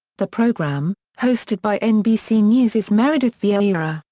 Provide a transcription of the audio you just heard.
the program, hosted by nbc news's meredith vieira,